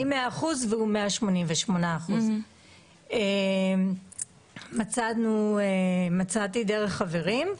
אני 100% והוא 188%. מצאתי דרך חברים.